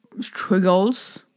struggles